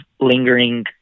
lingering